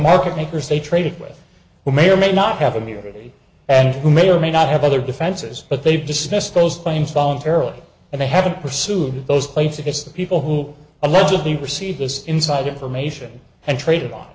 market makers they traded with who may or may not have immunity and who may or may not have other defenses but they've dismissed those flames voluntarily and they haven't pursued those plates it is the people who allegedly received this inside information and traded on